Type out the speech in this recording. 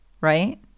right